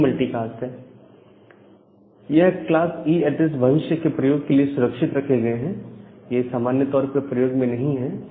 यही मल्टीकास्ट है ये क्लास E एड्रेस भविष्य के प्रयोग के लिए सुरक्षित रखे गए हैं ये सामान्य तौर पर प्रयोग में नहीं है